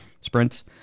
sprints